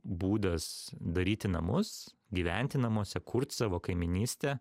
būdas daryti namus gyventi namuose kurt savo kaimynystę